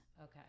Okay